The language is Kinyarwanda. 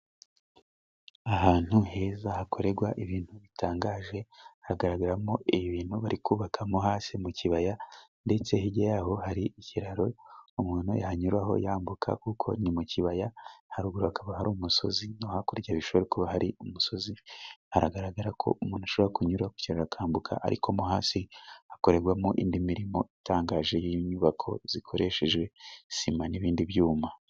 Ahantu heza hakorerwa ibintu bitangaje, hagaragaramo ibintu bari kubakamo hasi mu kibaya ndetse hirya yaho hari ikiraro, umuntu yanyuraho yambuka kuko ni mukibaya haruguru, hakaba hari umusozi no hakurya hashobora kuba hari umusozi hagaragara ko umuntu ashobora kunyura ku kiraro akambuka, ariko mo hasi hakorerwamo indi mirimo itangaje y'inyubako zikoreshejwe sima n'ibindi byuma.